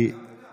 לא, זה גם וגם.